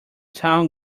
town